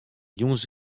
jûns